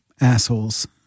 assholes